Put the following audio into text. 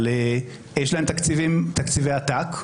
אבל יש להם תקציבי עתק,